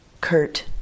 Kurt